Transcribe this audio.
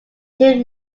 jim